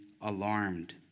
alarmed